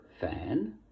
fan